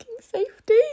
safety